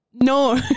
No